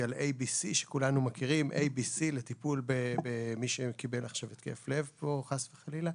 על ABC שכולנו מכירים לטיפול במי שקיבל עכשיו התקף לב חלילה.